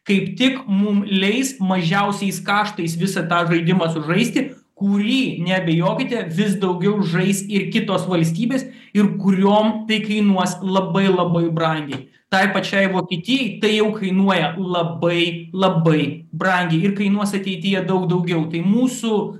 kaip tik mum leis mažiausiais kaštais visą tą žaidimą sužaisti kurį neabejokite vis daugiau žais ir kitos valstybės ir kuriom tai kainuos labai labai brangiai tai pačiai vokietijai tai jau kainuoja labai labai brangiai ir kainuos ateityje daug daugiau tai mūsų